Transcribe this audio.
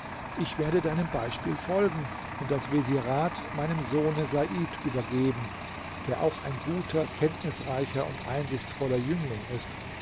ich werde deinem beispiel folgen und das vezierat meinem sohne said übergeben der auch ein guter kenntnisreicher und einsichtsvoller jüngling ist